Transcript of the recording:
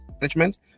management